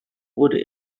wurde